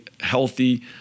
healthy